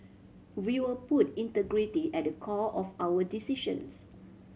we will put integrity at the core of our decisions